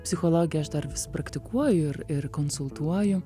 psichologiją aš dar vis praktikuoju ir ir konsultuoju